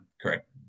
correct